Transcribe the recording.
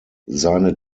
seine